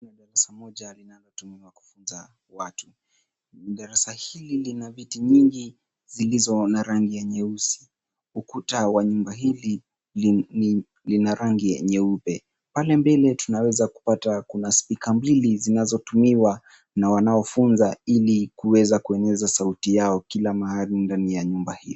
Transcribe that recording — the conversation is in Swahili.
Darasa linalotumiwa kufunza watu gari hili lina viti vingi zilizo na rangi ya nyeusi na ukuta wa nyumba hili lina rangi nyeupe. Pale mbele tunaweza kupata kuna spika mbili zinazotumiwa na wanao funza ili kuweza kueneza sauti yao kila mahali pale ndani ya nyumba hiyo.